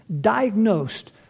diagnosed